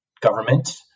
government